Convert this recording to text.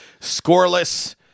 Scoreless